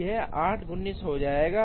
यह 8 19 हो जाएगा